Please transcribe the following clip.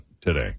today